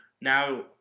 now